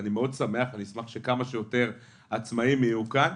ואני אשמח שכמה שיותר עצמאים יהיו כאן.